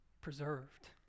preserved